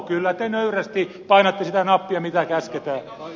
kyllä te nöyrästi painatte sitä nappia mitä käsketään